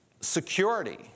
security